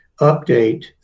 update